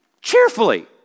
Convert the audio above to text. Cheerfully